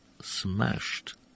smashed